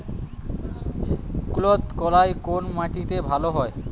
কুলত্থ কলাই কোন মাটিতে ভালো হয়?